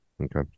Okay